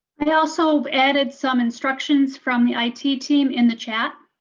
i also added some instructions from the i t. team in the chat.